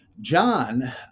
John